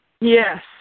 Yes